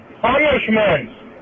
punishments